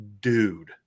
dude